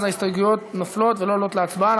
ההסתייגויות נופלות ואינן עולות להצבעה.